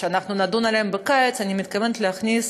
שאנחנו נדון בהן בקיץ, אני מתכוונת להכניס